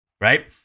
right